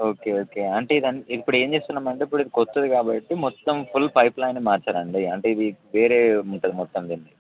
okay okay అంటే ఇద ఇప్పుడు ఏమి చేస్తున్నాం అంటే ఇప్పుడు ఇది కొత్తది కాబట్టి మొత్తం ఫుల్ పైప్లైన్ మార్చాలి అండి అంటే ఇవి వేరే ఉంటుంది మొత్తం దీనిది